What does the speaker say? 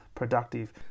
productive